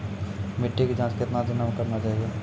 मिट्टी की जाँच कितने दिनों मे करना चाहिए?